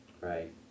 right